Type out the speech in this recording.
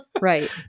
Right